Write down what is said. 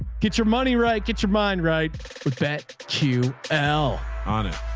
get your money, right? get your mind right with that. q l on it,